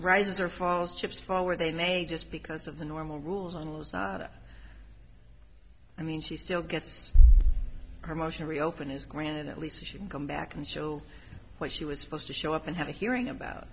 rises or falls chips fall where they may just because of the normal rules and laws i mean she still gets her motion to reopen is granted at least she'll come back and still what she was opposed to show up and have a hearing about